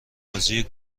بازی